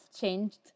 changed